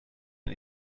ein